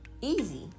Easy